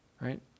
right